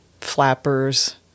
flappers